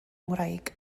ngwraig